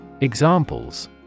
Examples